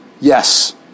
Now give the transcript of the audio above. Yes